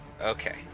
Okay